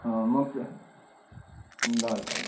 अँ म ल ल ल